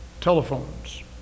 telephones